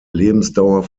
lebensdauer